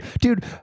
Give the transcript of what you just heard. Dude